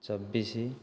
ଚବିଶ